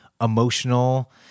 emotional